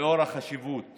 לאור החשיבות